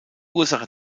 ursache